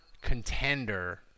contender